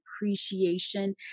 appreciation